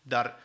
Dar